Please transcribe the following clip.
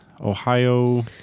Ohio